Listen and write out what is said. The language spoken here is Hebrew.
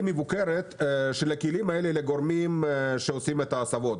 מבוקרת של הכלים האלה לגורמים שעושים את ההסבות.